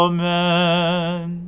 Amen